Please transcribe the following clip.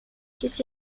his